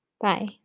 bye